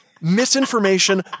misinformation